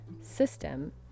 system